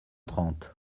trente